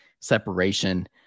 separation